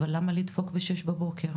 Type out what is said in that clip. אבל למה לדפוק ב-06:00 בבוקר?